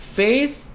faith